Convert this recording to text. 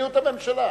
למדיניות הממשלה.